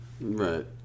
Right